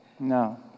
No